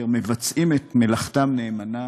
אשר מבצעים את מלאכתם נאמנה,